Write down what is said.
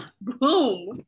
boom